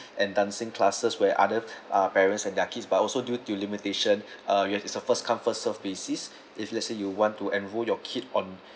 and dancing classes where other uh parents and their kids but also due to limitation uh we have it's a first come first served basis if lets say you want to enrol your kid on